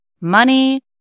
money